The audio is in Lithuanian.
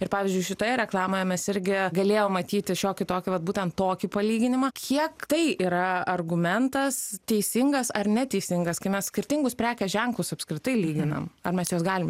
ir pavyzdžiui šitoje reklamoje mes irgi galėjom matyti šiokį tokį vat būtent tokį palyginimą kiek tai yra argumentas teisingas ar neteisingas kai mes skirtingus prekės ženklus apskritai lyginam ar mes juos galim